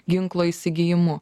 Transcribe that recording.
ginklo įsigijimu